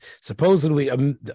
supposedly